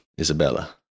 Isabella